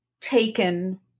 taken